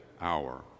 hour